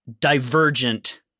divergent